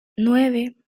nueve